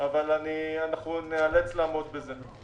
אבל ניאלץ לעמוד בזה.